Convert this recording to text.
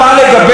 רק שנייה,